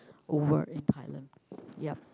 over in Thailand ya